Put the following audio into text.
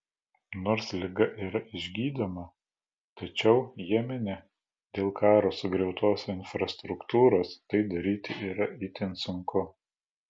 nors liga yra išgydoma tačiau jemene dėl karo sugriautos infrastruktūros tai daryti yra itin sunku